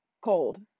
cold